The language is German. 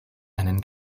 einen